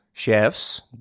Chefs